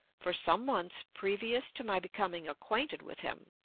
for some months previous to my becoming acquainted with him,